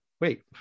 wait